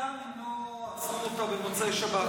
חוליגנים לא עצרו אותה במוצאי שבת,